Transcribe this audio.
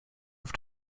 auf